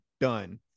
done